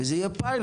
וזה יהיה פיילוט,